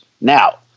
Now